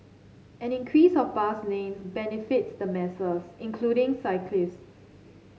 an increase of bus lanes benefits the masses including cyclists